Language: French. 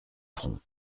front